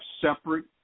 separate